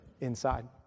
inside